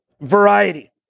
variety